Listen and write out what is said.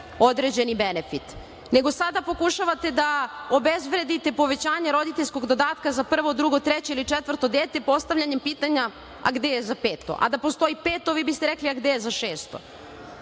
određeni benefit, nego sada pokušavate da obezvredite povećanje roditeljskog dodatka za prvo, drugo, treće ili četvrto dete postavljanjem pitanja – a gde je za peto? A da postoji peto vi bi ste rekli – a gde je za šesto? Ja